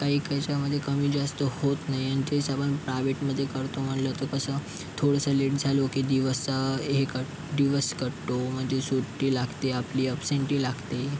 काही कशामध्ये कमी जास्त होत नाही आणि तेच आपण प्रायवेटमध्ये करतो म्हणलं तर कसं थोडंसं लेट झालो की दिवसा हे कट दिवस कटतो म्हणजे सुट्टी लागते आपली अपसेंटी लागते